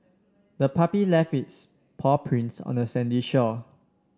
the puppy left its paw prints on the sandy shore